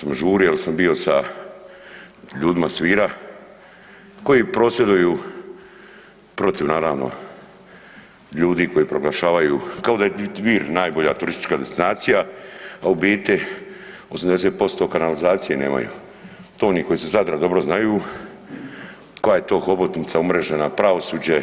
sam žurio jer sam bio sa ljudima s Vira koji prosvjeduju protiv naravno ljudi koji proglašavaju, kao da je Vir najbolja turistička destinacija, a u biti 80% kanalizacije nemaju, to oni koji su iz Zadra to dobro znaju koja je to hobotnica umrežena pravosuđe